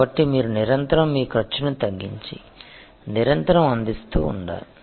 కాబట్టి మీరు నిరంతరం మీ ఖర్చును తగ్గించి నిరంతరం అందిస్తూ ఉండాలి